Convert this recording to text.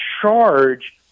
charge